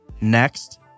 Next